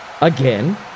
again